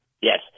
Yes